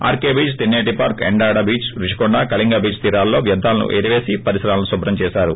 RK Beach Tenneti park Endada beach Rushikonda Kalinga beach తీరాలలో వ్యర్ధాలను ఏరివేసి పరిసరాలను శుభ్రం చేసారు